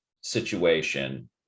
situation